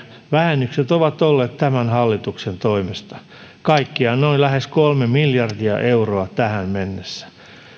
vähennykset ovat olleet tämän hallituksen toimesta kaikkiaan noin lähes kolme miljardia euroa tähän mennessä